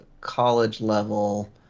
college-level